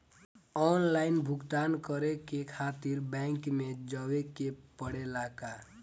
Online भुगतान करे के खातिर बैंक मे जवे के पड़ेला का?